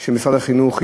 של משרד החינוך,